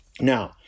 Now